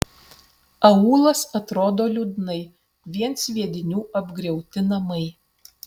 aūlas atrodo liūdnai vien sviedinių apgriauti namai